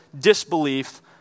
disbelief